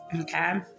okay